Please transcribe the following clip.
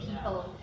people